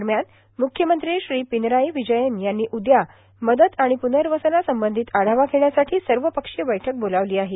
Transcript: दरम्यान मुख्यमंत्री श्री पिनराई विजयन यांनी उद्या मदत आणि पुनर्वसन संबंधित आढावा घेण्यासाठी सर्वपक्षीय बैठक बोलावली आहे